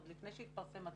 עוד לפני שהתפרסם הדוח,